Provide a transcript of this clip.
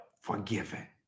forgiven